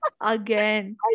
Again